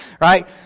right